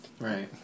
Right